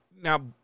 now